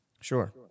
Sure